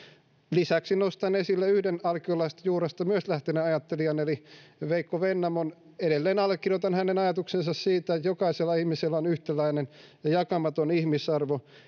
lisäksi nostan esille yhden alkio laisesta juuresta myös lähteneen ajattelijan eli veikko vennamon edelleen allekirjoitan hänen ajatuksensa siitä että jokaisella ihmisellä on yhtäläinen ja jakamaton ihmisarvo